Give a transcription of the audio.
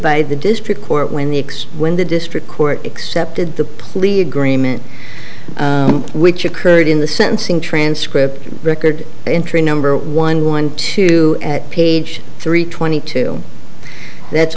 by the district court when the ex when the district court accepted the plea agreement which occurred in the sentencing transcript record entry number one one two page three twenty two that's